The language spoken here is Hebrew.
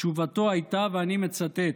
תשובתו הייתה, ואני מצטט: